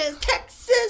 Texas